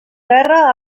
guerra